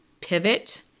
pivot